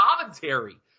commentary